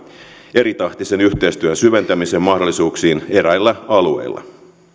eritahtisen yhteistyön syventämisen mahdollisuuksiin eräillä alueilla